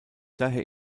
daher